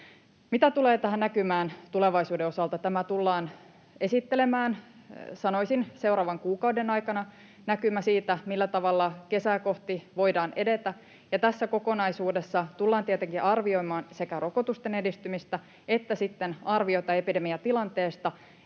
Mitä tulee tähän näkymään tulevaisuuden osalta, tämä tullaan esittelemään, sanoisin, seuraavan kuukauden aikana, näkymä siitä, millä tavalla kesää kohti voidaan edetä. Tässä kokonaisuudessa tullaan tietenkin arvioimaan sekä rokotusten edistymistä että arviota epidemiatilanteesta